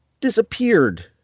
disappeared